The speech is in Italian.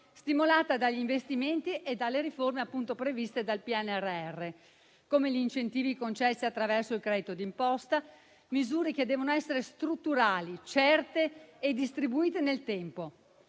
stimolata dagli investimenti e dalle riforme previste dal PNRR, come gli incentivi concessi attraverso il credito d'imposta; misure che devono essere strutturali, certe e distribuite nel tempo.